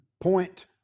Point